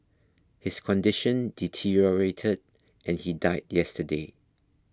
his condition deteriorated and he died yesterday